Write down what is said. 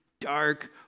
dark